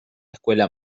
escuela